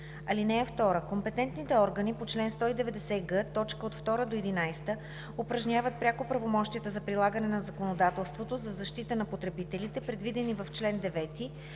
(2) Компетентните органи по чл. 190г, т. 2 – 11 упражняват пряко правомощията за прилагане на законодателството за защита на потребителите, предвидени в чл. 9,